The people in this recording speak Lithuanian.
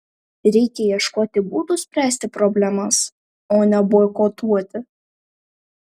reikia ieškoti būdų spręsti problemas o ne boikotuoti